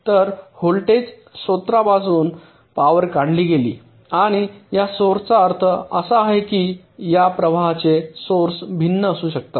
तर व्होल्टेज स्त्रोतावरून पॉवर काढली गेली आणि या सौर्सचा अर्थ असा आहे की या प्रवाहांचे सौर्स भिन्न असू शकतात